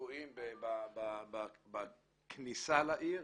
תקועים בכניסה לעיר.